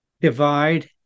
divide